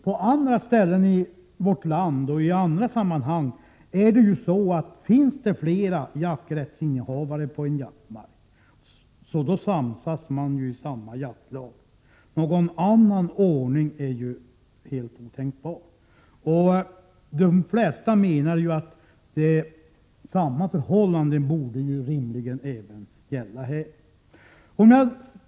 På andra ställen i vårt land och i andra sammanhang samsas man i ett jaktlag om det finns flera jakträttsinnehavare på en jaktmark. Någon annan ordning är helt otänkbar. De flesta menar att samma förhållande rimligen borde gälla även här.